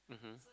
mmhmm